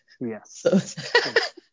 Yes